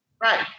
Right